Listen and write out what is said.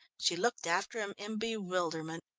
she looked after him in bewilderment.